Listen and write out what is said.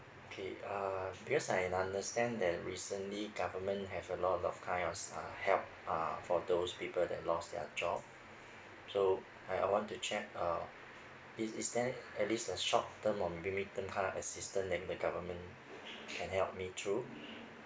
okay uh because I understand that recently government have a lot of kinds of uh help uh for those people that lost their job so I I want to check uh is is there at least a short term or maybe midterm kind of assistant that the government can help me through